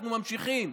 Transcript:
אנחנו ממשיכים,